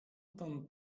pan